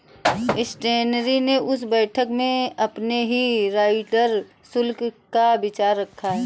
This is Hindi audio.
स्लैटरी ने उस बैठक में अपने फ्री राइडर शुल्क का विचार रखा